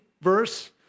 verse